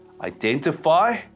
Identify